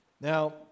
Now